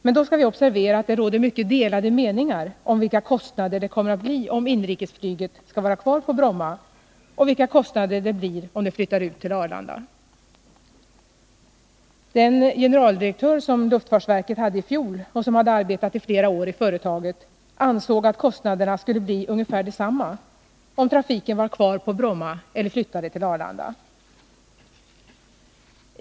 Men då skall vi observera att det råder mycket delade meningar om vilka kostnader det kommer att bli om inrikesflyget skall vara kvar på Bromma och vilka kostnader det blir om det flyttar ut till Arlanda. Den generaldirektör som luftfartsverket hade i fjol och som hade arbetat i flera år i företaget ansåg att kostnaderna skulle bli ungefär desamma om trafiken var kvar på Bromma eller flyttade till Arlanda.